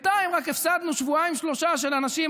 רק שבינתיים הפסדנו שבועיים-שלושה של אנשים,